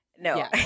No